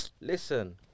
Listen